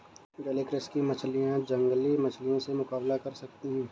जलीय कृषि की मछलियां जंगली मछलियों से मुकाबला कर सकती हैं